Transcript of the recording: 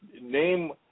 name